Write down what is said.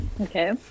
Okay